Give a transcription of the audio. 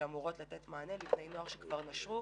שאמורות לתת מענה לבני נוער שכבר נשרו,